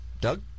Doug